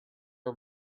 are